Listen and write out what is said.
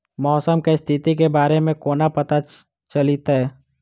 मौसम केँ स्थिति केँ बारे मे कोना पत्ता चलितै?